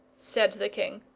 said the king.